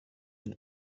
that